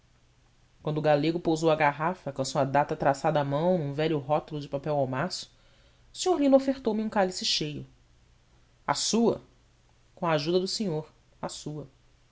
quando o galego pousou a garrafa com a sua data traçada à mão num velho rótulo de papel almaço o senhor lio ofertou me um cálice cheio a sua com a ajuda do senhor à sua